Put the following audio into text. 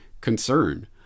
concern